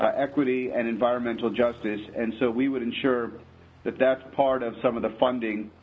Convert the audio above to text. ah equity and environmental justice and so we would insure that that's part of some of the funding.